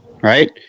Right